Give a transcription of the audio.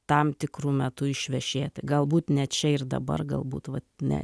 tam tikru metu išvešėti galbūt ne čia ir dabar galbūt vat ne